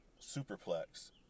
superplex